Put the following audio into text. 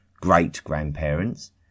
great-grandparents